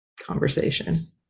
conversation